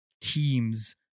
teams